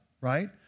right